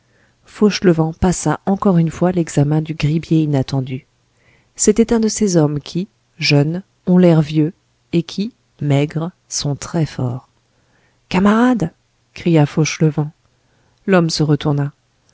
lui fauchelevent passa encore une fois l'examen du gribier inattendu c'était un de ces hommes qui jeunes ont l'air vieux et qui maigres sont très forts camarade cria fauchelevent l'homme se retourna